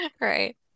Right